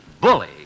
Bully